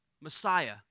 Messiah